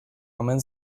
omen